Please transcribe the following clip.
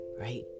right